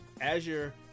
azure